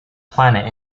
planet